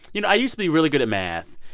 you know, i used to be really good at math.